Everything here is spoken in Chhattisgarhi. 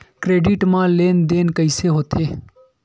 क्रेडिट मा लेन देन कइसे होथे?